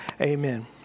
Amen